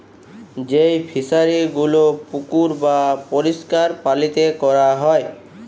যেই ফিশারি গুলো পুকুর বাপরিষ্কার পালিতে ক্যরা হ্যয়